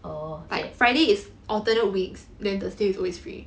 oh okay